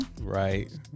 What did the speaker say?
right